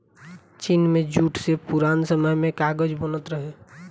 चीन में जूट से पुरान समय में कागज बनत रहे